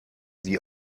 die